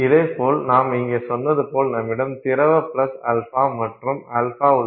இதைப் போல நாம் இங்கே சொன்னது போல் நம்மிடம் திரவ பிளஸ் α மற்றும் α உள்ளது